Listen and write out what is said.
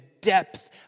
depth